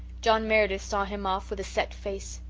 john meredith saw him off with a set face.